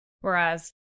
Whereas